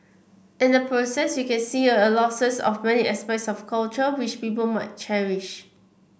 in the process you can see a loser's of many aspects of culture which people might cherish